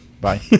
bye